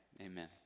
amen